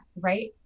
right